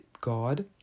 God